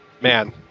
Man